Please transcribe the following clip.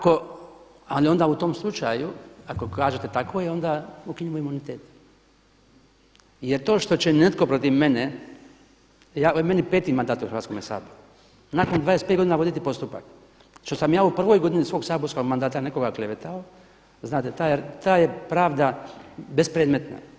Prema tome, ali onda u tom slučaju ako kažete tako je onda ukinimo imunitet jer to što će netko protiv mene, meni je peti mandat u Hrvatskom saboru, nakon 25 godina voditi postupak što sam ja u prvoj godini svog saborskog mandata nekoga klevetao znate ta je pravda bespredmetna.